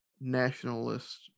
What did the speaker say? nationalist